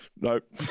Nope